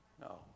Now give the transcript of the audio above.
No